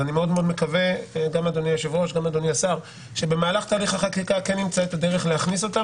ואני מקווה שבמהלך תהליך החקיקה נמצא דרך להכניס אותן,